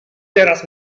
teraz